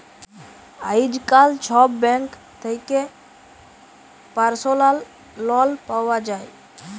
আইজকাল ছব ব্যাংক থ্যাকে পার্সলাল লল পাউয়া যায়